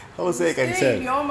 how say can sell